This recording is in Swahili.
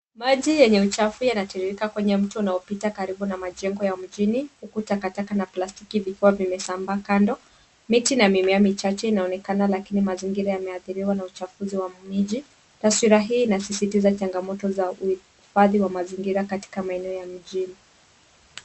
Maji yenye uchafu yanatiririka kwenye mto unaopita karibu na majengo ya mjini huku takataka na plastiki vikiwa vimesambaa kando. Miti na mimea michache inaonekana lakini mazingira imeathiriwa na uchafuzi wa miji. Taswira hii inasisitiza changamoto za uhifadhi wa mazingira katika maeneo ya mjini.